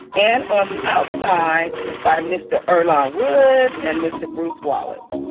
and on the outside by mr. earlonne woods and mr. bruce wallace.